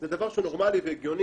זה דבר שהוא נורמלי והגיוני.